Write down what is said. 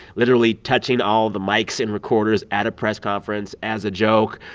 literally touching all the mics and recorders at a press conference as a joke.